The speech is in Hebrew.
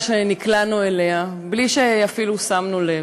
שנקלענו אליה בלי שאפילו שמנו לב,